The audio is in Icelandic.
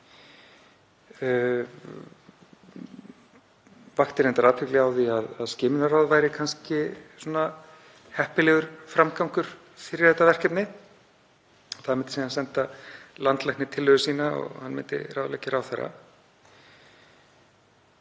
vakti reyndar athygli á því að skimunarráð væri kannski heppilegri framgangur fyrir þetta verkefni. Það myndi síðan senda landlækni tillögu sína og hann myndi ráðleggja ráðherra.